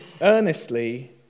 earnestly